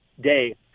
day